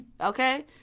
okay